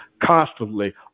constantly